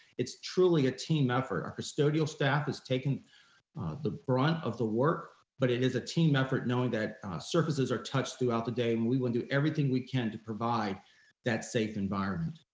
it's truly a team effort. our custodial staff has taken the brunt of the work, but it is a team effort knowing that surfaces are touched throughout the day, and we will do everything we can't provide that safe environment.